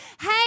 hey